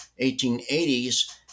1880s